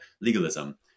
legalism